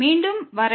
மீண்டும் வரையறை